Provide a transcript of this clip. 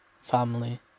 family